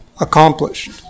accomplished